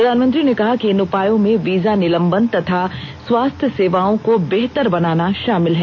प्रधानमंत्री ने कहा कि इन उपायों में वीजा निलंबन तथा स्वास्थ्य सेवाओं को बेहतर बनाना शामिल है